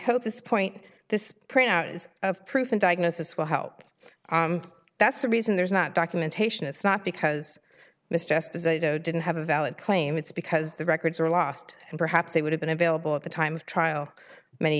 point this print out is proof in diagnosis will help that's the reason there's not documentation it's not because mr esposito didn't have a valid claim it's because the records were lost and perhaps they would have been available at the time of trial many